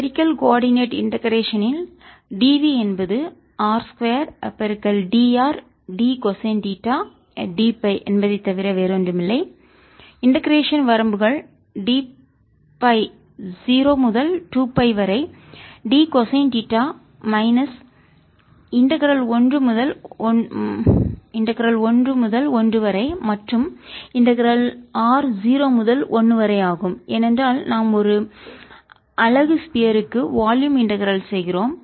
spherical coordinate இண்டெகரேஷன்நில் dv என்பது r 2 dr dகொசைன் தீட்டா dФ என்பதை தவிர வேறொன்றுமில்லை இண்டெகரேஷன் வரம்புகள் டி ஃபை 0 முதல் 2 பை வரை d cosine theta minus integral 1 முதல் 1 வரை மற்றும் இன்டகரல் ஆர் 0 முதல் 1 வரை ஆகும் ஏனென்றால் நாம் ஒரு அலகு ஸ்பியர் க்கு வால்யும் இன்டகரல் செய்கிறோம்